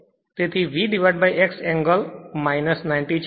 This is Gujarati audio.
તેથી VX એંગલ - 90 છે